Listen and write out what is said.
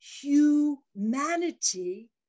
humanity